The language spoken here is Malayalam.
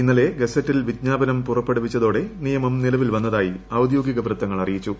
ഇന്നലെ ഗസറ്റിൽ വിജ്ഞാപനം പുറപ്പെടുവിച്ചതോടെ നിയമം നിലവിൽ വന്നതായി ഔദ്യോഗിക വൃത്തങ്ങൾ അറിയിച്ചു